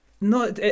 No